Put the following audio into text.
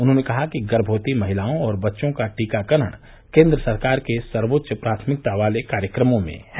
उन्होंने कहा गर्भवती महिलाओं और बच्चों का टीकाकरण केन्द्र सरकार के सर्वोच्च प्राथमिकता वाले कार्यक्रमों में है